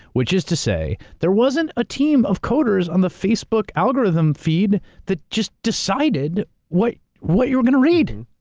which is to say, there wasn't a team of coders on the facebook algorithm feed that just decided what what you were gonna read.